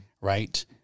right